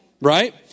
right